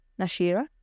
Nashira